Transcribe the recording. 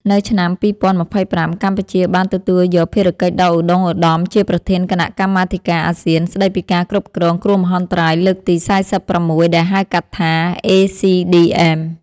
នៅឆ្នាំ ២០២៥ កម្ពុជាបានទទួលយកភារកិច្ចដ៏ឧត្តុង្គឧត្តមជាប្រធានគណៈកម្មាធិការអាស៊ានស្តីពីការគ្រប់គ្រងគ្រោះមហន្តរាយលើកទី៤៦ ដែលហៅកាត់ថា ACDM។